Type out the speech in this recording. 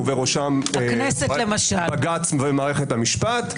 -- ובראשם בג"ץ ומערכת המשפט,